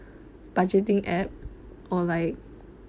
budgeting app or like